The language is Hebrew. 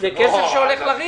זה כסף שהולך לריק.